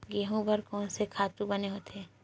गेहूं बर कोन से खातु बने होथे?